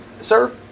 Sir